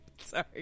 Sorry